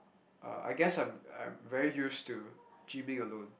uh I guess I'm I'm very used to gymming alone